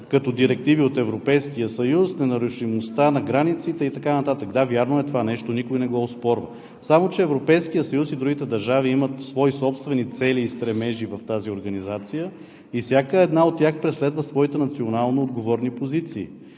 като директиви от Европейския съюз, ненарушимостта на границите и така нататък. Да, вярно е това нещо, никой не го оспорва, само че Европейският съюз и другите държави имат свои собствени цели и стремежи в тази организация и всяка една от тях преследва своите национално отговорни позиции.